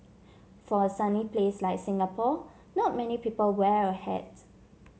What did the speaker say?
for a sunny place like Singapore not many people wear a hat